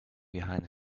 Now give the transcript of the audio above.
behind